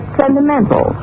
sentimental